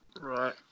Right